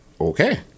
Okay